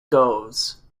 goes